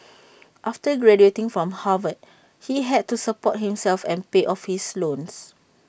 after graduating from Harvard he had to support himself and pay off his loans